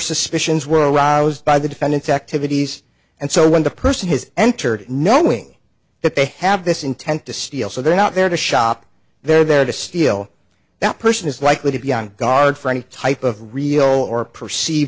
suspicions were aroused by the defendant's activities and so when the person has entered knowing that they have this intent to steal so they're not there to shop they're there to steal that person is likely to be on guard for any type of real or perceive